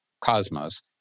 cosmos